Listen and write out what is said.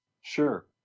Sure